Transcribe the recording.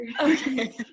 Okay